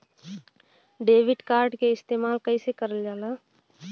Debit card के इस्तेमाल कइसे करल जाला?